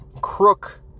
crook